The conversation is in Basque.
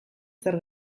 zer